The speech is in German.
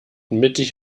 mittig